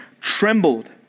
trembled